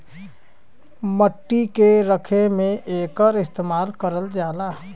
मट्टी के खने में एकर इस्तेमाल करल जाला